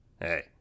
Hey